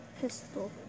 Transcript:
pistol